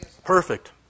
Perfect